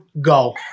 go